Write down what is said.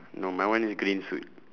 no my one is green suit